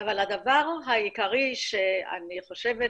אבל הדבר העיקרי שאני חושבת